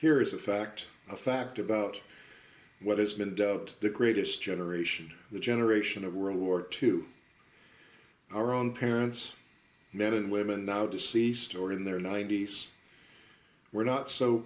here is a fact a fact about what is meant doubt the greatest generation the generation of world war two our own parents men and women now deceased or in their ninety's were not so